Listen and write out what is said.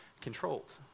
controlled